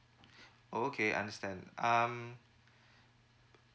oh okay I understand um